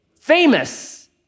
famous